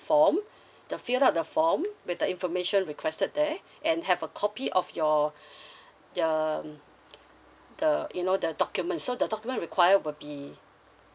form the fill up the form with the information requested there and have a copy of your the um the you know the documents so the documents require will be